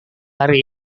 hari